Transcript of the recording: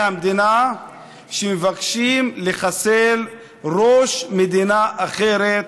המדינה שמבקשים לחסל ראש מדינה אחרת,